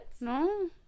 No